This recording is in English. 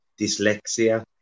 dyslexia